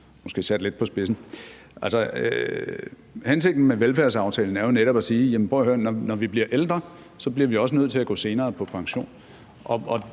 det er sat lidt på spidsen. Hensigten med velfærdsaftalen er jo netop at sige: Prøv at høre, når vi bliver ældre, bliver vi også nødt til at gå senere på pension.